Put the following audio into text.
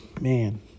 man